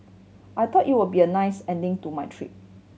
I thought it would be a nice ending to my trip